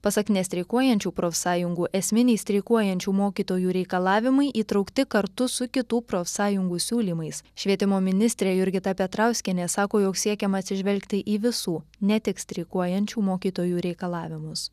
pasak nestreikuojančių profsąjungų esminiai streikuojančių mokytojų reikalavimai įtraukti kartu su kitų profsąjungų siūlymais švietimo ministrė jurgita petrauskienė sako jog siekiama atsižvelgti į visų ne tik streikuojančių mokytojų reikalavimus